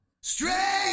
straight